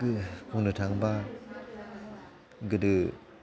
बुंनो थाङोबा गोदो